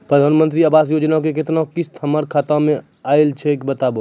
प्रधानमंत्री मंत्री आवास योजना के केतना किस्त हमर खाता मे आयल छै बताबू?